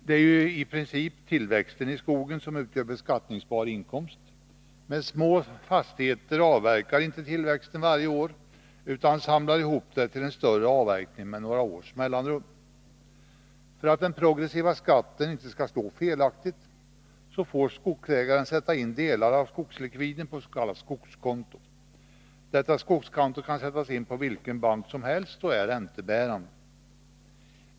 Det är ju i princip tillväxten i skogen som utgör beskattningsbar inkomst, men små fastigheter avverkar inte tillväxten varje år utan samlar ihop den till en större avverkning med några års mellanrum. För att den progressiva skatten inte skall slå felaktigt, så får skogsägaren sätta in delar av skogslikviden på s.k. skogskonto. Detta skogskonto kan sättas in på vilken bank som helst och är räntebärande.